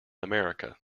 america